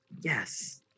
Yes